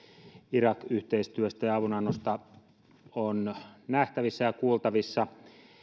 irak yhteistyöstä ja avunannosta on nähtävissä ja kuultavissa